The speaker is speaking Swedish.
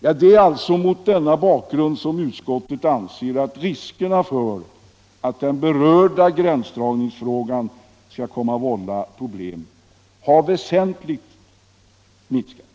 Det är alltså mot denna bakgrund som utskottet anser att riskerna för att den berörda gränsdragningsfrågan skall komma att vålla problem har väsentligt minskat.